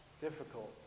difficult